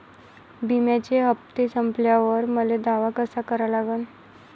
बिम्याचे हप्ते संपल्यावर मले दावा कसा करा लागन?